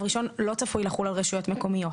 ראשון לא צפוי לחול על רשויות מקומיות.